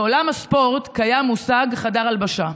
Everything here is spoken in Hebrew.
בעולם הספורט קיים המושג "חדר הלבשה".